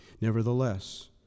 Nevertheless